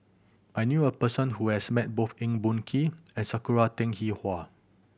I knew a person who has met both Eng Boh Kee and Sakura Teng Hua